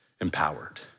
empowered